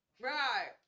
Right